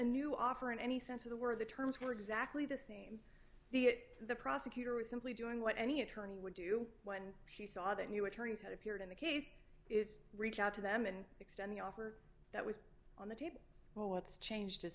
new offer in any sense of the word the terms were exactly the same the it the prosecutor was simply doing what any attorney would do when she saw the new attorneys that appeared in the case is reach out to them and extend the offer that was on the table well what's changed